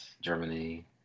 Germany